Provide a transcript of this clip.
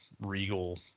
Regal